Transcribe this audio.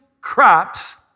crops